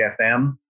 FM